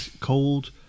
Cold